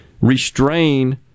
restrain